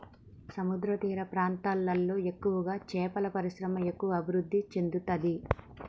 సముద్రతీర ప్రాంతాలలో ఎక్కువగా చేపల పరిశ్రమ ఎక్కువ అభివృద్ధి చెందుతది